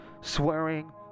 swearing